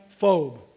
phobe